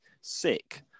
sick